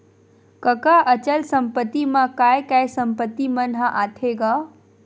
कका अचल संपत्ति मा काय काय संपत्ति मन ह आथे गा?